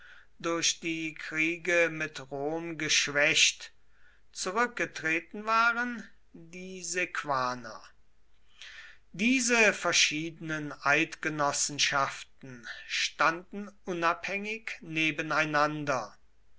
durch die kriege mit rom geschwächt zurückgetreten waren die sequaner diese verschiedenen eidgenossenschaften standen unabhängig nebeneinander